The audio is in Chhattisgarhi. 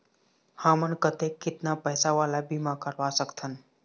हमन कतेक कितना पैसा वाला बीमा करवा सकथन?